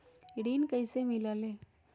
ऋण कईसे मिलल ले?